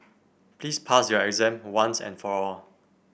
please pass your exam once and for all